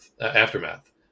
aftermath